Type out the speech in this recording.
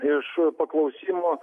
iš paklausimo